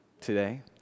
today